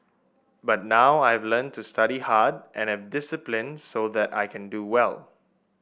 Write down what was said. but now I've learnt to study hard and have discipline so that I can do well